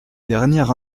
dernière